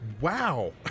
Wow